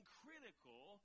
critical